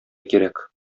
кирәк